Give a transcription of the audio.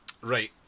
Right